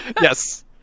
Yes